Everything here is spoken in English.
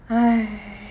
!hais!